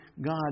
God